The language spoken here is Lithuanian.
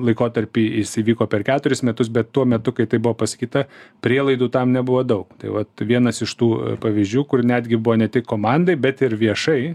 laikotarpį jis įvyko per keturis metus bet tuo metu kai tai buvo pasakyta prielaidų tam nebuvo daug tai vat vienas iš tų pavyzdžių kur netgi buvo ne tik komandai bet ir viešai